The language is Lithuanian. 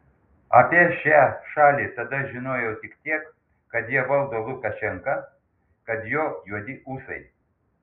apie šią šalį tada žinojau tik tiek kad ją valdo lukašenka kad jo juodi ūsai